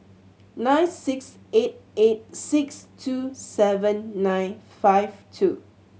nine six eight eight six two seven nine five two